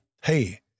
hey